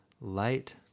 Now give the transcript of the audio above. Light